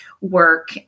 work